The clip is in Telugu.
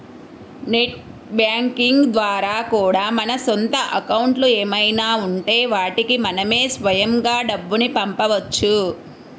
నెట్ బ్యాంకింగ్ ద్వారా కూడా మన సొంత అకౌంట్లు ఏమైనా ఉంటే వాటికి మనమే స్వయంగా డబ్బుని పంపవచ్చు